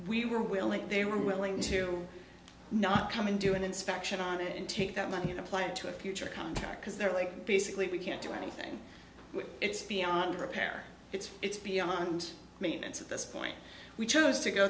willing they were willing to not come in do an inspection on it and take that money and apply it to a future contact because they're like basically we can't do anything it's beyond repair it's it's beyond maintenance at this point we chose to go